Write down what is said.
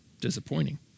disappointing